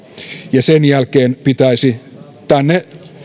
ja sen jälkeen pitäisi tänne